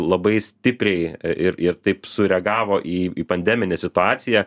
labai stipriai ir ir taip sureagavo į į pandeminę situaciją